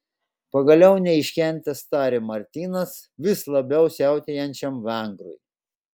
pagaliau neiškentęs tarė martynas vis labiau siautėjančiam vengrui